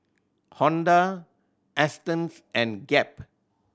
Honda Astons and Gap